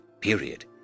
period